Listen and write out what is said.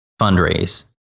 fundraise